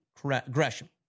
Gresham